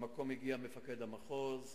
למקום הגיע מפקד המחוז,